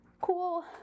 cool